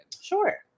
Sure